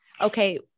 Okay